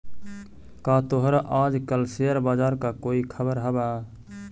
का तोहरा आज कल शेयर बाजार का कोई खबर हवअ